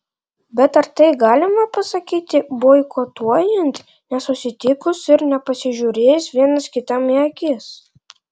bet ar tai galima pasakyti boikotuojant nesusitikus ir nepasižiūrėjus vienas kitam į akis